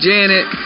Janet